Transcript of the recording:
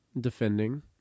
defending